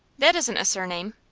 that isn't a surname.